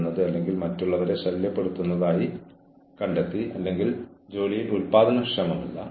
വീണ്ടും ഇത് ഒരു നിർദ്ദേശം മാത്രമാണ്